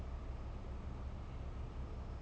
kind of waiting for like